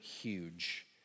huge